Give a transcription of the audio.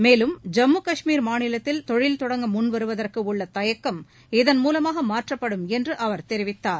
மேலும் ஜம்மு கஷ்மீர் மாநிலத்தில் தொழில் தொடங்க முன்வருவதற்கு உள்ள தயக்கம் இதன் மூலமாக மாற்றப்படும் என்று அவர் தெரிவித்தார்